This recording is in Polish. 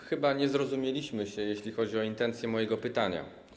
Chyba nie zrozumieliśmy się, jeśli chodzi o intencje mojego pytania.